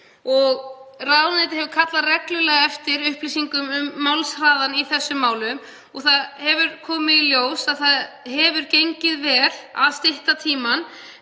Ráðuneytið hefur kallað reglulega eftir upplýsingum um málshraðann í þessum málum og það hefur komið í ljós að það hefur gengið vel að stytta tímann.